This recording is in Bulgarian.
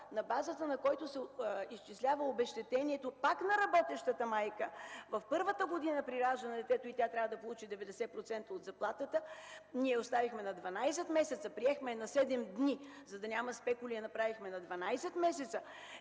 на базата на който се изчислява обезщетението, пак на работещата майка. В първата година при раждането на детето й тя трябва да получи 90% от заплатата. Приехме я на 7 дни за осигуряване. За да няма спекули, я направихме на 12 месеца.